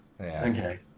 Okay